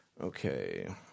okay